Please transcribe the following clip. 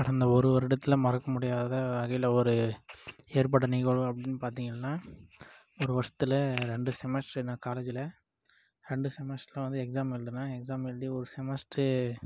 கடந்த ஒரு வருடத்தில் மறக்க முடியாத வகையில் ஒரு ஏற்பட்ட நிகழ்வு அப்படின்னு பார்த்திங்கன்னா ஒரு வருஷத்தில் ரெண்டு செமஸ்ட்ரு நான் காலேஜில் ரெண்டு செமஸ்ட்டரும் வந்து எக்ஸாம் எழுதுனேன் எக்ஸாம் எழுதி ஒரு செமஸ்ட்ரு